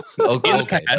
okay